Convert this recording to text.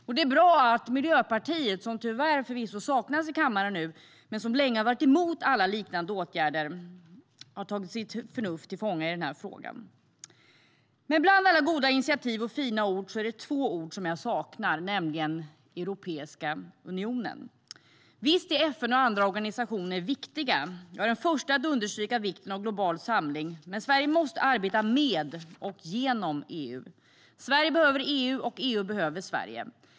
Det är också bra att Miljöpartiet, som tyvärr saknas i kammaren nu men som länge har varit emot alla liknande åtgärder, har tagit sitt förnuft till fånga i den här frågan. Men bland alla goda initiativ och fina ord är det två ord som jag saknar, nämligen Europeiska unionen. Visst är FN och andra organisationer viktiga. Jag är den första att understryka vikten av global samling. Men Sverige måste arbeta med och genom EU. Sverige behöver EU, och EU behöver Sverige.